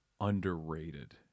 underrated